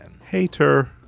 Hater